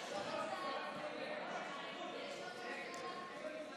ההצעה להעביר לוועדה את הצעת חוק הנצחת זכרם של קורבנות הטבח בכפר קאסם,